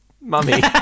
mummy